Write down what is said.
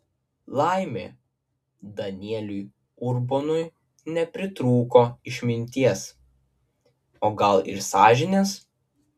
laimė danieliui urbonui nepritrūko išminties o gal ir sąžinės